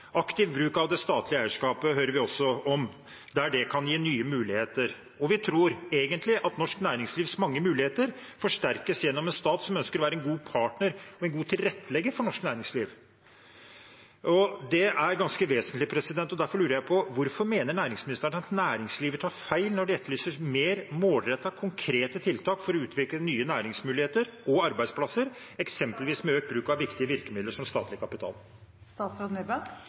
Aktiv bruk av det statlige eierskapet hører vi også om, der det kan gi nye muligheter, og vi tror egentlig at norsk næringslivs mange muligheter forsterkes gjennom en stat som ønsker å være en god partner og en god tilrettelegger for norsk næringsliv. Det er ganske vesentlig, og derfor lurer jeg på: Hvorfor mener næringsministeren at næringslivet tar feil når det etterlyses mer målrettede og konkrete tiltak for å utvikle nye næringsmuligheter og arbeidsplasser, eksempelvis med økt bruk av viktige virkemidler som statlig